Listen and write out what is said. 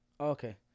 Okay